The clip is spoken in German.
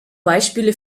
beispiele